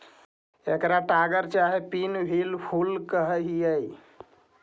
एकरा टगर चाहे पिन व्हील फूल कह हियई